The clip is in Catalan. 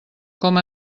com